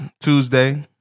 Tuesday